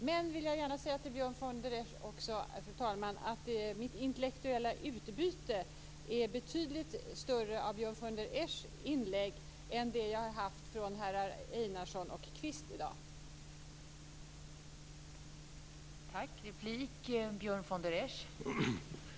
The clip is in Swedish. Men jag vill också, fru talman, gärna säga till Björn von der Esch att det intellektuella utbytet för mig är betydligt större när det gäller Björn von der Eschs inlägg jämfört med inläggen från herrar Einarsson och Kvist tidigare här i dag.